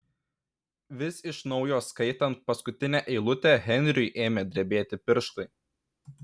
vis iš naujo skaitant paskutinę eilutę henriui ėmė drebėti pirštai